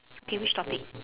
okay which topic